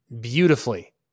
beautifully